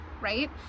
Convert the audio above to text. right